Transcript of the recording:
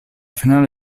finale